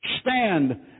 Stand